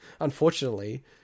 unfortunately